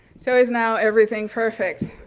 so is now everything perfect?